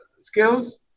skills